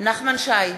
נחמן שי,